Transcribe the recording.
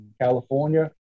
California